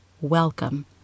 welcome